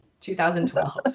2012